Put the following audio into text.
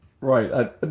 Right